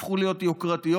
הפך להיות יוקרתי,